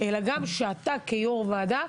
אלא שגם אתה כיו"ר ועדה,